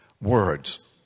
Words